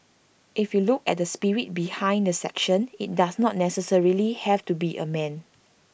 if you look at the spirit behind the section IT does not necessarily have to be A man